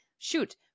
shoot